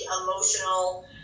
emotional